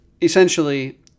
essentially